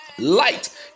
Light